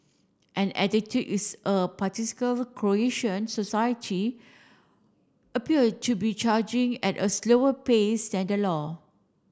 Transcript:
and attitude is a Croatian society appear to be charging at a slower pace than the law